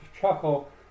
chuckle